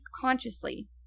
consciously